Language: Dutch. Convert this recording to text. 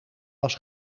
was